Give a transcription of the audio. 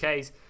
Ks